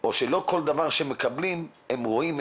או שלא כל דבר שמקבלים הם רואים.